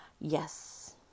Yes